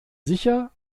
sicher